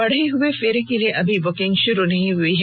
बढ़े हुए फेरे के लिए अभी बुकिंग शुरू नहीं हई है